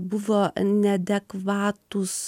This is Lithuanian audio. buvo neadekvatūs